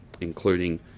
including